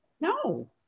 No